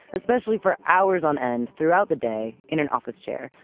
especially for hours on end, throughout the day, in an office chair.